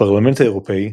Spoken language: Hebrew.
הפרלמנט האירופי,